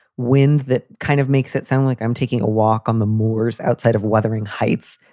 wind, that kind of makes it sound like i'm taking a walk on the moors outside of wuthering heights.